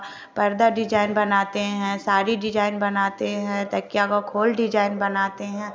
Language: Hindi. पर्दा डिजाईन बनाते है साड़ी डिजाईन बनाते हैं तकिया का खोल डिजाईन बनाते हैं